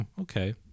okay